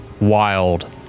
wild